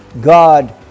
God